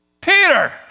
Peter